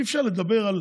אי-אפשר לדבר על